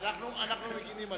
אנחנו מגינים עליו.